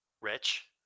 Rich